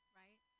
right